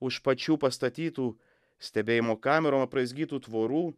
už pačių pastatytų stebėjimo kamerom apraizgytų tvorų